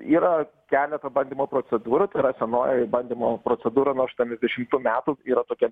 yra keleta bandymo procedūrų tai yra senoji bandymo procedūra nuo aštuoniasdešimtų metų yra tokia